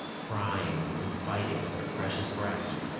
crying and fighting for the precious bracky,